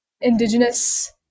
indigenous